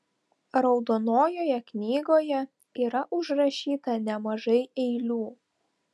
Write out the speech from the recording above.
raudonojoje knygoje yra užrašyta nemažai eilių